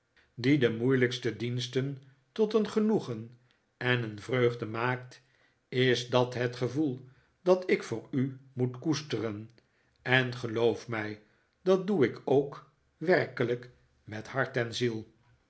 die de moeilijkste diensten tot een genoegen en een vreugde maakt is dat het gevoel dat ik voor u moet koesteren en geloof mij dat doe ik ook werkelijk met hart en ziel